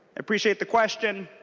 appreciate the question.